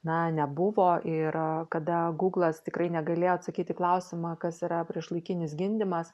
na nebuvo ir kada guglas tikrai negalėjo atsakyt į klausimą kas yra priešlaikinis gimdymas